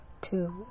two